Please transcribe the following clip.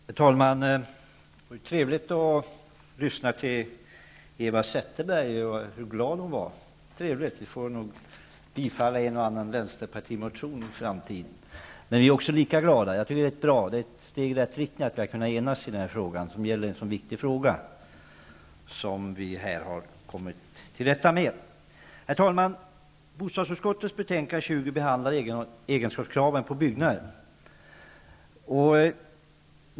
Herr talman! Det var trevligt att lyssna till Eva Zetterberg och höra hur glad hon var. Vi får nog bifalla en och annan vänsterpartimotion i framtiden. Men också vi är glada. Det är ett steg i rätt riktning, att kunna enas i en så viktig fråga. Herr talman! Bostadsutskottets betänkande nr 20 behandlar egenskapskrav på byggnader.